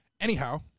Anyhow